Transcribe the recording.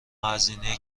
هزینه